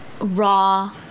raw